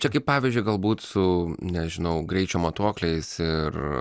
čia kaip pavyzdžiui galbūt su nežinau greičio matuokliais ir